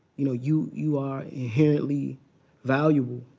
you know, you you are inherently valuable.